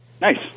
Nice